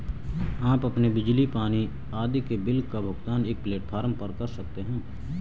आप अपने बिजली, पानी आदि के बिल का भुगतान एक प्लेटफॉर्म पर कर सकते हैं